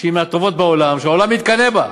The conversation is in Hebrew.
שהיא מהטובות בעולם, שהעולם מתקנא בה,